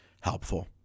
helpful